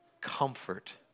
comfort